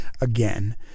again